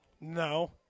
No